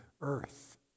earth